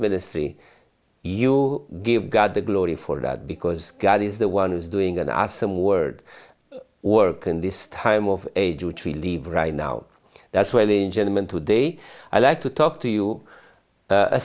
ministry you give god the glory for that because god is the one who is doing an awesome word work in this time of age which we leave right now that's willing gentleman today i like to talk to you a